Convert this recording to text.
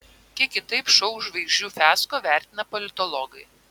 kiek kitaip šou žvaigždžių fiasko vertina politologai